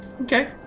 Okay